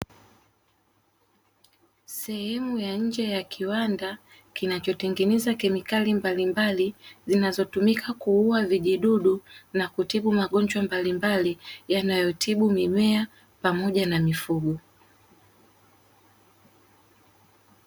Sehemu ya nje ya kiwandani kinachotengeneza kemikali mbalimbali, zinazotumika kuua vijidudu na kutibu magonjwa mbalimbali yanayotibu mimea pamoja na mifugo.